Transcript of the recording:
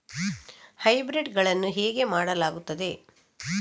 Hybrid ಗಳನ್ನು ಹೇಗೆ ಮಾಡಲಾಗುತ್ತದೆ?